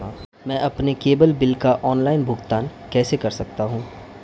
मैं अपने cable bill का ऑनलाइन भुगतान कैसे कर सकता हूं?